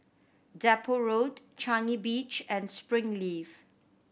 Depot Road Changi Beach and Springleaf